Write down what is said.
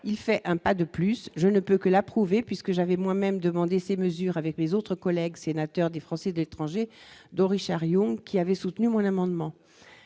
il fait un pas de plus, je ne peux que l'approuver puisque j'avais moi-même demandé ces mesures avec mes autres collègues sénateurs des Français d'étrangers, dont Richard Yung, qui avait soutenu mon amendement